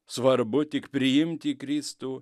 svarbu tik priimti kristų